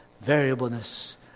variableness